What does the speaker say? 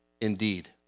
indeed